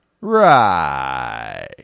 Right